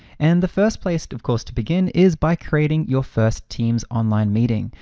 and the first place of course to begin is by creating your first teams online meeting.